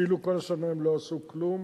כאילו כל השנה הם לא עשו כלום.